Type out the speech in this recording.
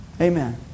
Amen